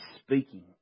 speaking